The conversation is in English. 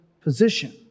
position